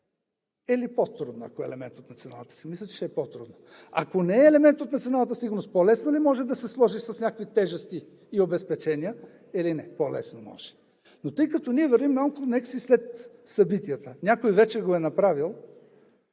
или по-трудно, ако е елемент от националната сигурност? Мисля, че ще е по-трудно. Ако не е елемент от националната сигурност, по-лесно ли може да се сложи с някакви тежести и обезпечения или не? По-лесно може. Но тъй като ние вървим малко някак си след събитията, някой вече го е направил,